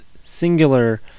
singular